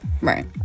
Right